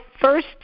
first